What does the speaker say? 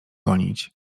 gonić